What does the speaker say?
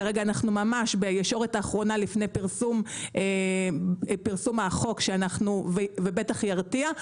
כרגע אנחנו ממש בישורת האחרונה לפני פרסום החוק ובטח ירתיע,